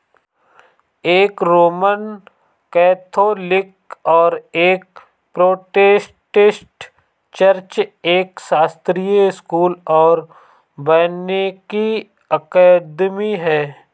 एक Roman Catholic और एक प्रोटेस्टेंट चर्च, एक शास्त्रीय स्कूल और वानिकी अकादमी है